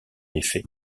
effet